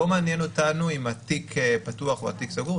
לא מעניין אותנו אם התיק פתוח או התיק סגור,